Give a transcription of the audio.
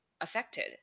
affected